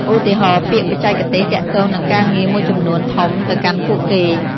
ឧទាហរណ៍ ពាក្យបច្ចេកទេសទាក់ទងនឹងការងារមួយចំនួនធំទៅកាន់ពួកគេ។